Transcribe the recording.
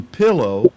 pillow